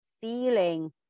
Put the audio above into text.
feeling